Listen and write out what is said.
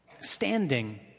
standing